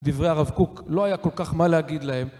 דברי הרב קוק לא היה כל כך מה להגיד להם